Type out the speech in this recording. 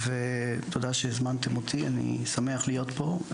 תודה שהזמנתם אותי, אני שמח להיות פה.